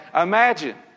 imagine